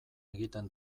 egiten